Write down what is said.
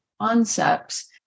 concepts